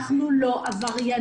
אנחנו לא עבריינים.